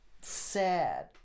sad